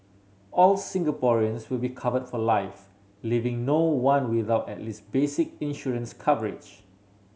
all Singaporeans will be covered for life leaving no one without at least basic insurance coverage